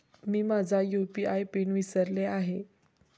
मी माझा UPI PIN विसरले आहे